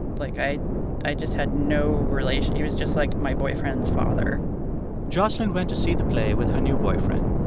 like, i i just had no relation. he was just, like, my boyfriend's father jocelyn went to see the play with her new boyfriend.